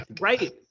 Right